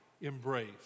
embrace